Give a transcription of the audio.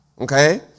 Okay